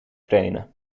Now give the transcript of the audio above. trainen